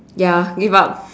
ya give up